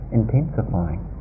intensifying